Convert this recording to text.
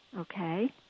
Okay